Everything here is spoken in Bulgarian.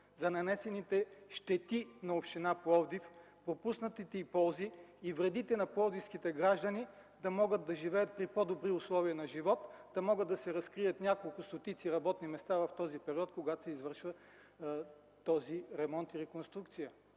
за нанесените щети на община Пловдив, пропуснатите й ползи и вредите на пловдивските граждани да могат да живеят при по-добри условия на живот, да могат да се разкрият няколко стотици работни места в този период, когато се извършва този ремонт и реконструкция?